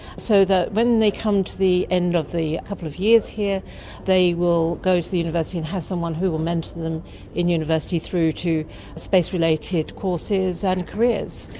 so that when they come to the end of a couple of years here they will go to the university and have someone who will mentor them in university through to space related courses and careers.